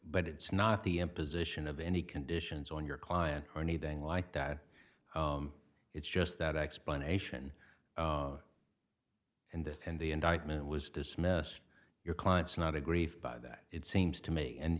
it's not the imposition of any conditions on your client or anything like that it's just that explanation and that and the indictment was dismissed your client's not a grief by that it seems to me and